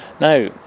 Now